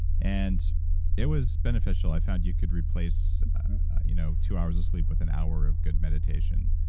and it was beneficial. i found you could replace you know two hours of sleep with an hour of good meditation,